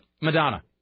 Madonna